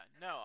No